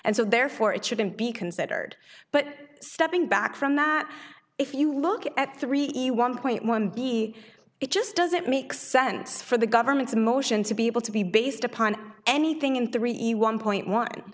and so therefore it shouldn't be considered but stepping back from that if you look at three a one point one b it just doesn't make sense for the government to motion to be able to be based upon anything in thirty one point one